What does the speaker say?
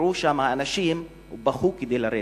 נתקעו אנשים ובכו כדי לרדת.